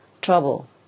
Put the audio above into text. trouble